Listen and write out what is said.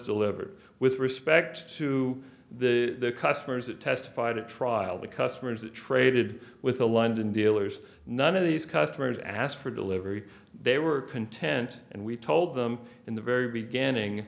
delivered with respect to the customers that testified at trial the customers that traded with the london dealers none of these customers and asked for delivery they were content and we told them in the very beginning